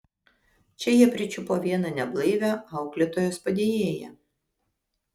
čia jie pričiupo vieną neblaivią auklėtojos padėjėją